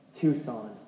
Tucson